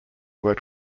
worked